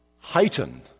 heighten